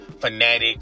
fanatic